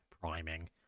priming